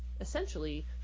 essentially